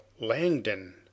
langdon